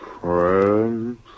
Friends